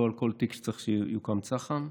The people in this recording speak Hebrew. לא על כל תיק צריך שיוקם צח"מ.